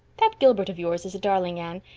that gilbert of yours is a darling, anne,